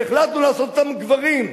והחלטנו לעשות אותן גברים.